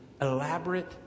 elaborate